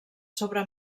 sobre